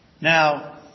Now